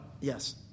yes